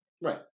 right